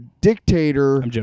dictator